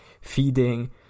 feeding